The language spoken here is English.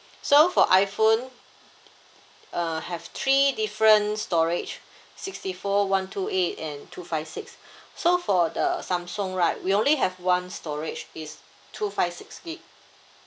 so for iphone uh have three different storage sixty four one two eight and two five six so for the samsung right we only have one storage it's two five six gig